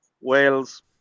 Wales